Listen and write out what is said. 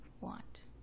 want